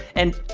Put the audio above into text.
and.